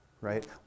right